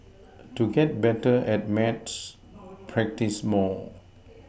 to get better at maths practise more